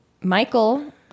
Michael